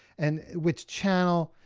and which channel,